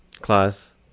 class